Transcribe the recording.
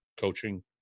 coaching